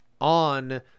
on